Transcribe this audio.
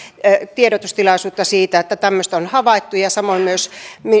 tiedotustilaisuutta siitä että tämmöistä on havaittu samoin